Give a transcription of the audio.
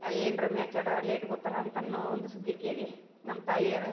ಅಲ್ಲಿ ಏನ್ರ ಮ್ಯಾಚರ್ಡರ್ ಅಲ್ಲೇ ಇಟ್ಕೋತಾರ ಅಂತ ಅನ್ನೋ ಒಂದು ಸುದ್ದಿ ಕೇಳಿ ನಮ್ಮ ತಾಯಿಯವರು